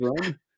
Run